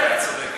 את צודקת.